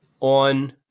on